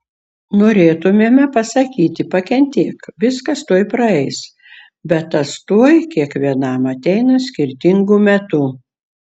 norėtumėme pasakyti pakentėk viskas tuoj praeis bet tas tuoj kiekvienam ateina skirtingu metu